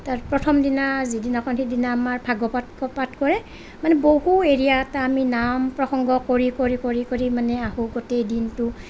তাৰ প্ৰথমদিনা যিদিনাখন সিদিনা আমাৰ ভাগৱত পাঠ কৰে মানে বহু এৰিয়াত আমি নাম প্ৰসংগ কৰি কৰি কৰি কৰি মানে আঁহো গোটেই দিনটো